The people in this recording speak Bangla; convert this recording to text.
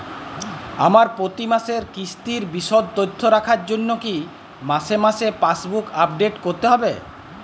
আমার প্রতি মাসের কিস্তির বিশদ তথ্য রাখার জন্য কি মাসে মাসে পাসবুক আপডেট করতে হবে?